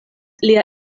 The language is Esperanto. lia